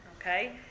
Okay